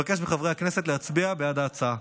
אני מבקש מחברי הכנסת להצביע בעד ההצעה.